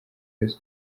wese